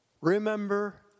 Remember